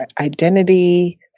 identity